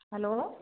hello